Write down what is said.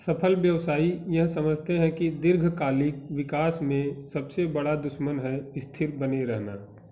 सफल व्यवसायी यह समझते हैं कि दीर्घकालिक विकास में सबसे बड़ा दुश्मन है स्थिर बने रहना